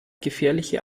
gefährliche